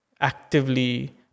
actively